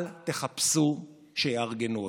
אל תחפשו שיארגנו אתכם,